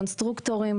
קונסטרוקטורים,